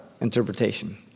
interpretation